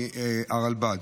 מהרלב"ד: